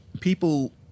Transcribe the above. People